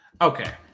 Okay